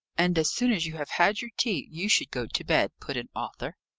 and as soon as you have had your tea, you should go to bed, put in arthur.